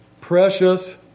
precious